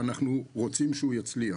ואנחנו רוצים שהוא יצליח.